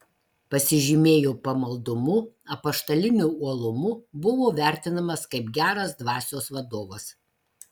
pasižymėjo pamaldumu apaštaliniu uolumu buvo vertinamas kaip geras dvasios vadovas